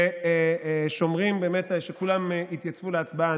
ושומרים באמת שכולם יתייצבו להצבעה.